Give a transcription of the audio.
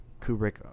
kubrick